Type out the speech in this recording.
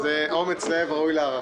יפה.